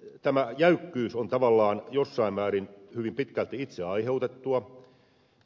minusta tämä jäykkyys on tavallaan jossain määrin hyvin pitkälti itse aiheutettua